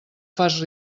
fas